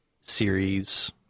series